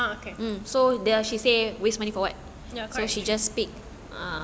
ah okay ya correct